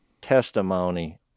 testimony